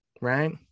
right